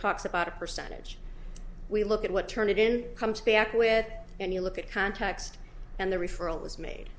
talks about a percentage we look at what turn it in comes back with and you look at context and the referral was made